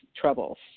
troubles